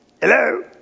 hello